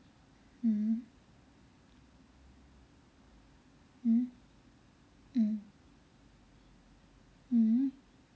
mmhmm mm mm mmhmm